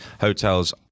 hotels